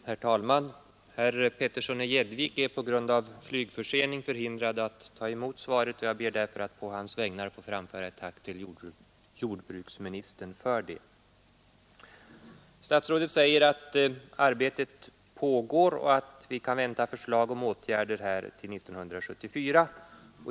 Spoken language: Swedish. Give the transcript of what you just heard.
Herr talman! Herr Petersson i Gäddvik är på grund av flygförsening förhindrad att ta emot svaret, för vilket jag ber att å hans vägnar få framföra ett tack till jordbruksministern. Statsrådet säger att arbetet pågår och att vi kan vänta förslag om åtgärder 1974.